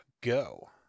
go